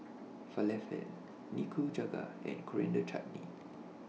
Falafel Nikujaga and Coriander Chutney